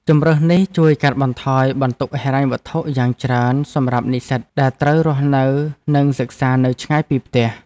ជម្រើសនេះជួយកាត់បន្ថយបន្ទុកហិរញ្ញវត្ថុយ៉ាងច្រើនសម្រាប់និស្សិតដែលត្រូវរស់នៅនិងសិក្សានៅឆ្ងាយពីផ្ទះ។